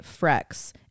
Frex